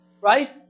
Right